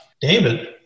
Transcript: David